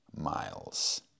miles